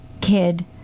kid